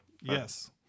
Yes